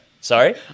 Sorry